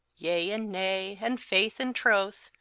yea and nay, and faithe and trothe,